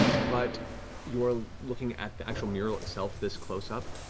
but you're looking at the actual mural itself this close up,